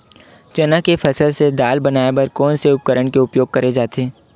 चना के फसल से दाल बनाये बर कोन से उपकरण के उपयोग करे जाथे?